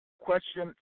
question